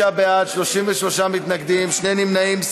39 בעד, 33 מתנגדים, שני נמנעים.